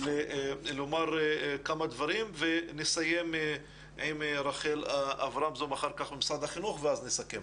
לומר כמה דברים ונסיים עם רחל אברמזון ממשרד החינוך ואז נסכם.